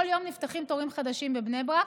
כל יום נפתחים תורים חדשים בבני ברק,